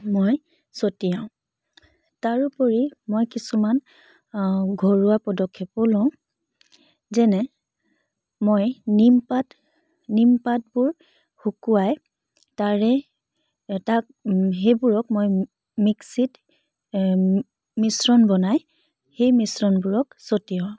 মই ছটিয়াও তাৰোপৰি মই কিছুমান ঘৰুৱা পদক্ষেপো লওঁ যেনে মই নিমপাত নিমপাতবোৰ শুকুৱাই তাৰে এটা সেইবোৰক মই মিক্সিত মিশ্ৰণ বনাই সেই মিশ্ৰণবোৰক ছটিয়াওঁ